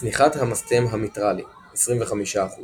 צניחת המסתם המיטרלי 25%